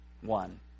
One